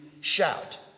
shout